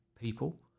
people